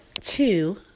two